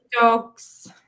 dogs